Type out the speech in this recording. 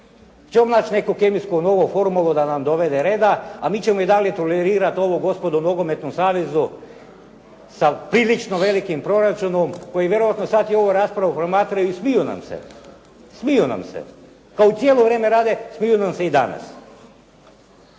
ćemo naći neku kemijsku novu formulu da nam dovede reda a mi ćemo i dalje tolerirati ovo gospodo u nogometnom savezu sa prilično velikim proračunom koji vjerojatno sada i ovu raspravu promatraju i smiju nam se, smiju nam se, kao što cijelo vrijeme rade, smiju nam se i danas.